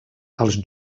als